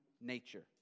nature